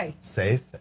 safe